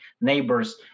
neighbors